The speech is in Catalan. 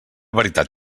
veritat